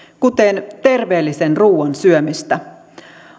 kuten terveellisen ruoan syömistä